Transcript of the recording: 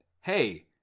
hey